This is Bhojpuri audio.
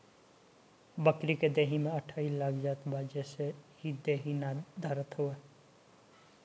बकरी के देहि में अठइ लाग जात बा जेसे इ देहि ना धरत हवे